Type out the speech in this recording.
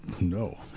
no